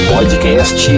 Podcast